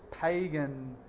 pagan